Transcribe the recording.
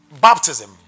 baptism